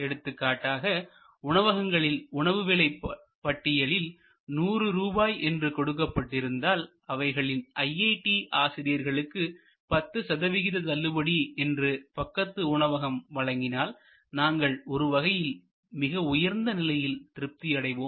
எடுத்துக்காட்டாக உணவகங்களில் உணவு விலை பட்டியலில் 100 ரூபாய் என்று கொடுக்கப்பட்டிருந்தால் அவைகளில் ஐஐடி ஆசிரியர்களுக்கு 10 சதவீத தள்ளுபடி என்று பக்கத்து உணவகம் வழங்கினால் நாங்கள் ஒருவகையில் மிக உயர்ந்த நிலையில் திருப்தி அடைவோம்